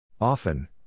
Often